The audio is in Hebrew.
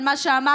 על מה שאמרת,